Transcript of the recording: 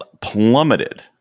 plummeted